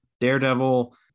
daredevil